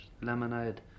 lemonade